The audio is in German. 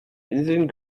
inseln